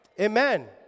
Amen